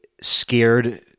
scared